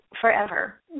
forever